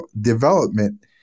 development